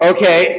Okay